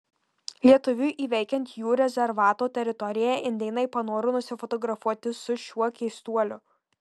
lietuviui įveikiant jų rezervato teritoriją indėnai panoro nusifotografuoti su šiuo keistuoliu